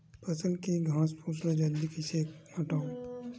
फसल के घासफुस ल जल्दी कइसे हटाव?